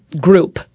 group